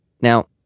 Now